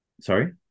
Sorry